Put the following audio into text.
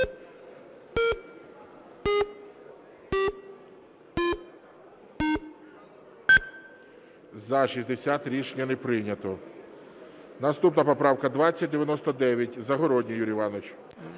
За-61 Рішення не прийнято. Наступна поправка 2124. Загородній Юрій Іванович,